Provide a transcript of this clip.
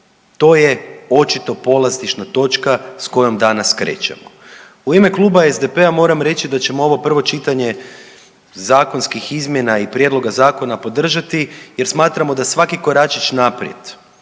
To je očito polazišna točka s kojom danas krećemo. U ime Kluba SDP-a moram reći da ćemo ovo prvo čitanje zakonskih izmjena i prijedloga zakona podržati jer smatramo da svaki koračić naprijed,